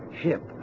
Ship